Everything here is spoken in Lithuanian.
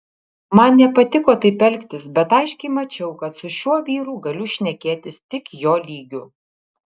man nepatiko taip elgtis bet aiškiai mačiau kad su šiuo vyru galiu šnekėtis tik jo lygiu